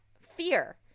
fear